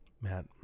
Matt